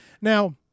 Now